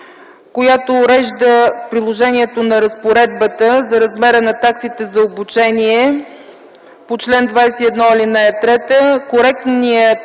която урежда приложението на разпоредбата за размера на таксите за обучение по чл. 21, ал. 3, коректният